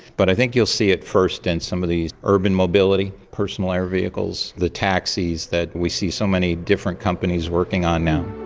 but i think you'll see it first in some of these urban mobility personal air vehicles, the taxis that we see so many different companies working on now.